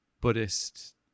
buddhist